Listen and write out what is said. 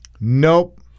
nope